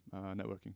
networking